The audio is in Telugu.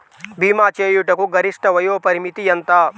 భీమా చేయుటకు గరిష్ట వయోపరిమితి ఎంత?